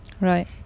Right